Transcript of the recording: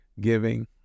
giving